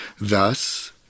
Thus